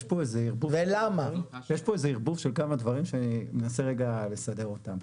יש פה איזה ערבוב של כמה דברים שאני אנסה רגע לסדר אותם.